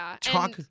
talk